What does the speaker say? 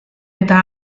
eta